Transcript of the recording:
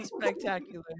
spectacular